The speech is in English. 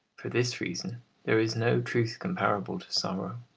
for this reason there is no truth comparable to sorrow.